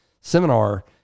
seminar –